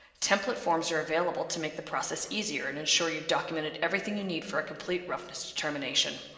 template forms are available to make the process easier and ensure you've documented everything you need for a complete roughness determination.